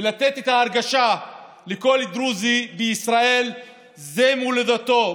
ולתת את ההרגשה לכל דרוזי בישראל שזו מולדתו.